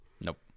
Nope